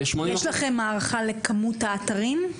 יש לכם הערכה לכמות האתרים?